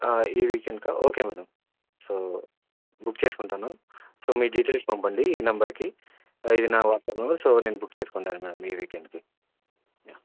ఈ వీకెండ్కా okay madam so book చేసుకుంటాను సో మీ డీటెయిల్స్ పంపండి ఈ నెంబర్కి ఇది నా వాట్సాప్ నెంబర్ సో నేను బుక్ చేసుకుంటాను మేడమ్ ఈ వీకెండ్కి